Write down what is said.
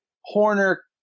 Horner